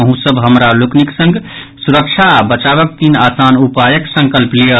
अहूँ सभ हमरा लोकनि संग सुरक्षा आ बचावक तीन आसान उपायक संकल्प लियऽ